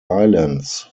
islands